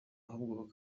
ahubwo